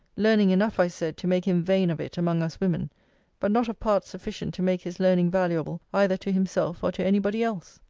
learning enough, i said, to make him vain of it among us women but not of parts sufficient to make his learning valuable either to himself or to any body else.